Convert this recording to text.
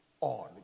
on